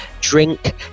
drink